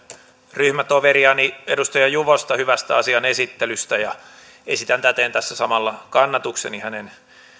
ryhmätoveriani edustaja juvosta hyvästä asian esittelystä ja esitän täten samalla kannatukseni hänen